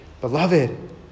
beloved